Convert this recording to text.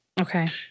Okay